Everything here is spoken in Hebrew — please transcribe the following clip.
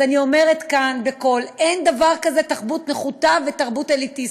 אז אני אומרת כאן בקול: אין דבר כזה תרבות נחותה ותרבות אליטיסטית.